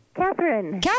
Catherine